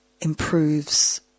improves